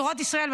תורת ישראל,